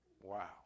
Wow